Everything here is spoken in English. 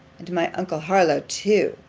and my uncle harlowe too,